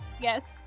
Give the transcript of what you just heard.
Yes